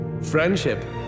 friendship